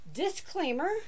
Disclaimer